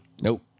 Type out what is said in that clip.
Nope